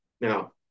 Now